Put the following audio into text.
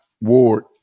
Ward